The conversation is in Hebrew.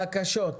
בקשות.